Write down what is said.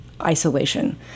isolation